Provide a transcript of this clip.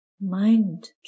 mind